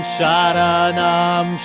Sharanam